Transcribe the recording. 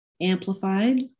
amplified